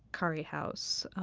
curry house,